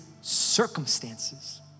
circumstances